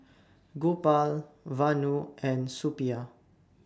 Gopal Vanu and Suppiah